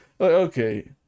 Okay